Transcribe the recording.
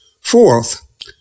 Fourth